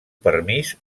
permís